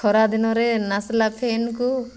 ଖରାଦିନରେ ନାସଲା ଫେନ୍କୁ